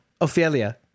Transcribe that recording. Ophelia